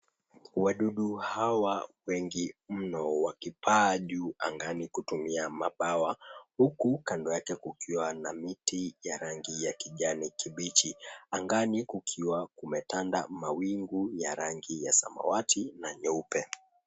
Wadudu hawa wengi mno wakipaa juu angani kutumia mabawa, huku kando yake kukiwa na miti ya rangi ya kijani kibichi. Angani kukiwa kumetanda mawingu ya rangi ya samawati na nyeupe.